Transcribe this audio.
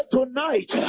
Tonight